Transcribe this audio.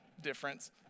difference